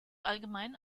allgemein